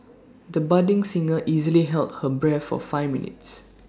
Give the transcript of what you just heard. the budding singer easily held her breath for five minutes